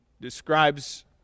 describes